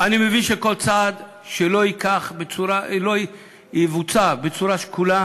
אני מבין שכל צעד שלא יבוצע בצורה שקולה